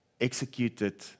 executed